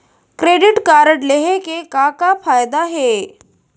Credit card लेहे के का का फायदा हे?